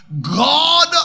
God